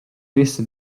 visu